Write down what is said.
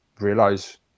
realize